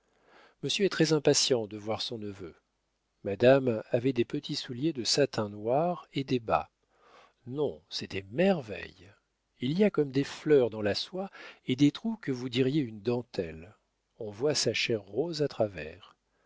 monsieur est très impatient de voir son neveu madame avait des petits souliers de satin noir et des bas non c'est des merveilles il y a comme des fleurs dans la soie et des trous que vous diriez une dentelle on voit sa chair rose à travers